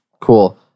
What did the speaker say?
Cool